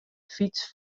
fyts